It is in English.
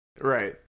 right